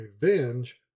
Revenge